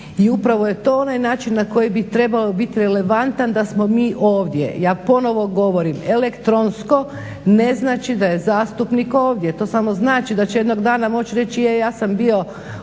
i upravo je to onaj način na koji bi trebao biti relevantan da smo mi ovdje. Ja ponovno govorim elektronsko ne znači da je zastupnik ovdje, to samo znači da će jedno dana moći reći, je ja sam bio od